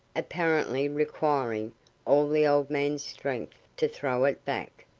apparently requiring all the old man's strength to throw it back.